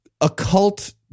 occult